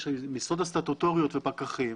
במשרות הסטטוטוריות והפקחים,